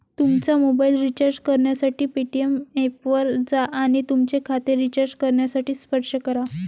तुमचा mobile recharge करण्यासाठी Paytm ऐपवर जा आणि तुमचे खाते रिचार्ज करण्यासाठी स्पर्श करा